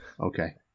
Okay